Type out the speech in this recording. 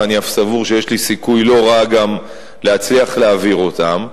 ואני אף סבור שיש לי סיכוי לא רע גם להצליח להעביר אותן.